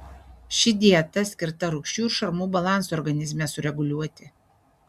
ši dieta skirta rūgščių ir šarmų balansui organizme sureguliuoti